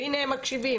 הנה הם מקשיבים,